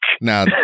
Now